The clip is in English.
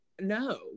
no